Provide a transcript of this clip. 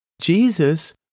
Jesus